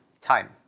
time